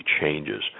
changes